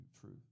truth